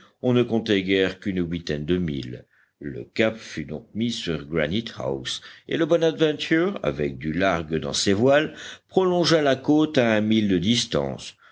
on ne comptait guère qu'une huitaine de milles le cap fut donc mis sur granite house et le bonadventure avec du largue dans ses voiles prolongea la côte à un mille de distance